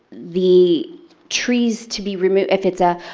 the trees to be removed if it's a